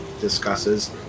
discusses